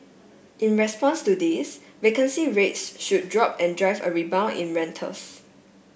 in response to this vacancy rates should drop and drive a rebound in rentals